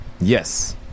Yes